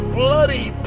bloody